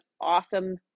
awesome